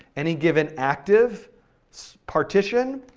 any given active so partition.